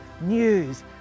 news